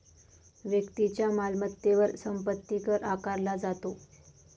व्यक्तीच्या मालमत्तेवर संपत्ती कर आकारला जातो